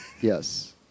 Yes